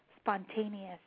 spontaneous